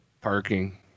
Parking